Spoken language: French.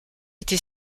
été